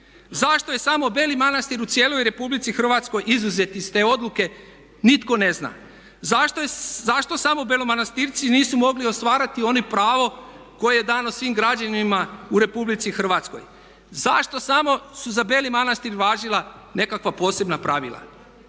Zašto je samo Beli Manastir u cijeloj RH izuzet iz te odluke, nitko ne zna? Zašto samo Belomanastirci nisu mogli ostvariti ono pravo koje je dano svim građanima u RH? Zašto samo su za Beli Manastir važila nekakva posebna pravila?